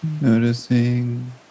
Noticing